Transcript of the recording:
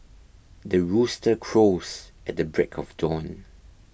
the rooster crows at the break of dawn